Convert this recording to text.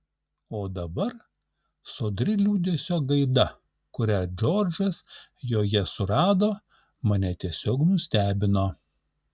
o dabar sodri liūdesio gaida kurią džordžas joje surado mane tiesiog nustebino